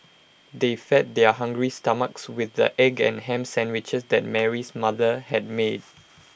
they fed their hungry stomachs with the egg and Ham Sandwiches that Mary's mother had made